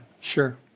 Sure